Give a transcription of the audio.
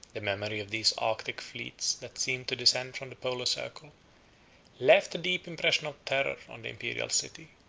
the memory of these arctic fleets that seemed to descend from the polar circle left deep impression of terror on the imperial city.